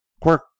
Quirk